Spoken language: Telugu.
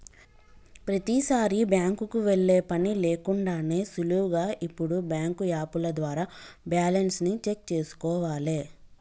ప్రతీసారీ బ్యాంకుకి వెళ్ళే పని లేకుండానే సులువుగా ఇప్పుడు బ్యాంకు యాపుల ద్వారా బ్యాలెన్స్ ని చెక్ చేసుకోవాలే